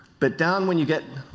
but down when you get,